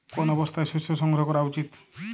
কোন অবস্থায় শস্য সংগ্রহ করা উচিৎ?